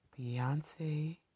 Beyonce